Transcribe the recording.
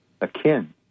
akin